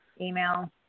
email